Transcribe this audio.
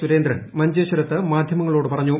സുരേന്ദ്രൻ മഞ്ചേശ്വരത്ത് മാധ്യമങ്ങളോട് പറഞ്ഞു